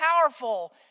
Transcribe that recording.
powerful